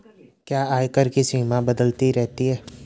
क्या आयकर की सीमा बदलती रहती है?